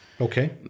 Okay